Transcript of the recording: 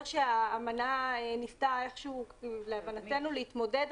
שהאמנה ניסתה איכשהו להבנתנו להתמודד